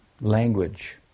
language